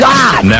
God